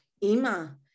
Ima